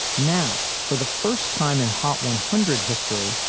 now, for the first time in hot one hundred history,